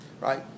right